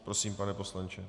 Prosím, pane poslanče.